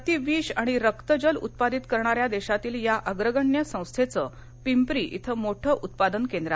प्रतिविष आणि रक्तजल उत्पादित करणाऱ्या देशातील या अग्रगण्य संस्थेचं पिंपरी इथं मोठं उत्पादन केंद्र आहे